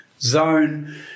zone